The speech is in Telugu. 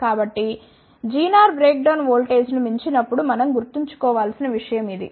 కాబట్టి జినర్ బ్రేక్ డౌన్ వోల్టేజ్ను మించి నప్పుడు మనం గుర్తుంచుకో వలసిన విషయం ఇది